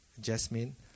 Jasmine